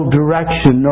direction